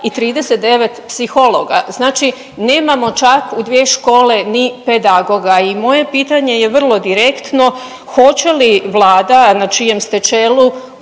i 39 psihologa, znači nemamo čak u 2 škole ni pedagoga i moje pitanje je vrlo direktno, hoće li Vlada na čijem ste čelu